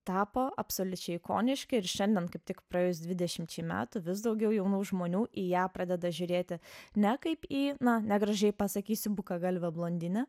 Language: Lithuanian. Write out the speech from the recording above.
tapo absoliučiai ikoniški ir šiandien kaip tik praėjus dvidešimčiai metų vis daugiau jaunų žmonių į ją pradeda žiūrėti ne kaip į na negražiai pasakysiu bukagalvę blondinę